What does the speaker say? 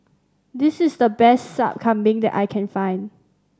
this is the best Sup Kambing that I can find